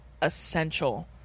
essential